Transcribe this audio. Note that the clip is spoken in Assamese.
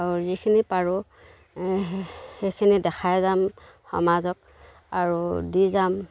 আৰু যিখিনি পাৰোঁ সেইখিনি দেখাই যাম সমাজক আৰু দি যাম